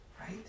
right